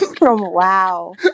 wow